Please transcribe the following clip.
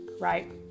right